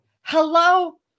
Hello